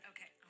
Okay